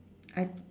I